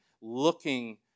looking